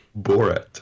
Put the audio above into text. borat